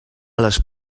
les